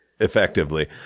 effectively